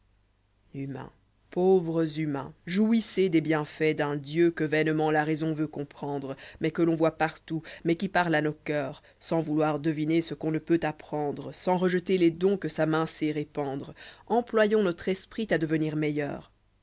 humains pauvres humains jouissez des bienfaits d'un dieu que vainement la raison veut comprendre mais que l'on voit partout mais qui parle à nos coeurs sans vouloir deviner ce qu'on ne peut apprendre sans rejeter les dons que sa main sait répandre employons notre esprit à devenir meilleurs